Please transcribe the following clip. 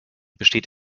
besteht